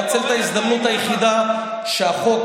אני אנצל את ההזדמנות היחידה שהחוק